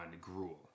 Gruel